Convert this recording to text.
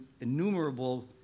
innumerable